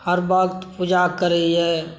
हर वक्त पूजा करैए